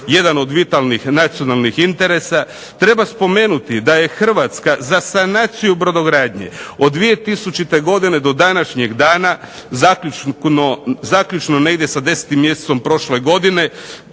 jedan od vitalnih nacionalnih interesa, treba spomenuti da je Hrvatska za sanaciju brodogradnje od 2000. godine do današnjeg dana, zaključno negdje sa 10. mjesecom prošle godine